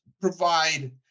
provide